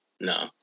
No